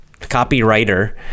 copywriter